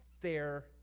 fair